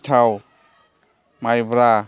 सिथाव माइब्रा